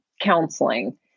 counseling